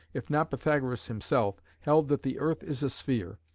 if not pythagoras himself, held that the earth is a sphere,